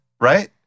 Right